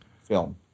film